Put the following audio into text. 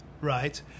right